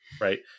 right